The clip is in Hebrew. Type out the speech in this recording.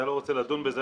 אתה לא רוצה לדון בזה,